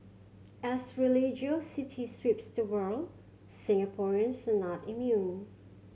as religiosity sweeps the world Singaporeans not immune